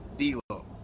D'Lo